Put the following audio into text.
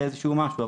לאיזשהו משהו,